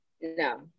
No